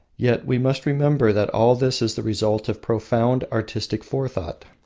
yet we must remember that all this is the result of profound artistic forethought,